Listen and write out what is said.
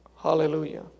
Hallelujah